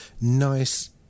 nice